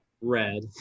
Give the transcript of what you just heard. red